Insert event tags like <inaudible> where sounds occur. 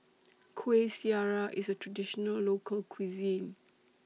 <noise> Kuih Syara IS A Traditional Local Cuisine